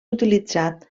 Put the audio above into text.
utilitzat